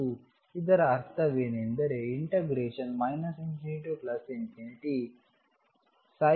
ಮತ್ತು ಇದರ ಅರ್ಥವೇನೆಂದರೆ ∞mxnxmn